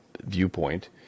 viewpoint